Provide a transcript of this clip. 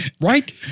Right